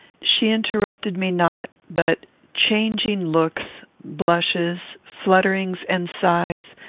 she interrupted me not, but changing looks, blushes, flutterings, and sighs,